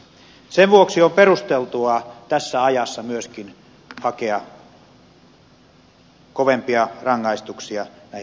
sen vuoksi on perusteltua tässä ajassa myöskin hakea kovempia rangaistuksia näihin lapsiin kohdistuviin seksuaalirikoksiin